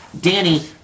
Danny